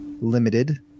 limited